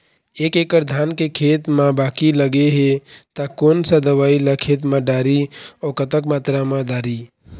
एक एकड़ धान के खेत मा बाकी लगे हे ता कोन सा दवई ला खेत मा डारी अऊ कतक मात्रा मा दारी?